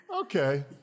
Okay